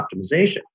optimization